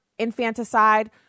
infanticide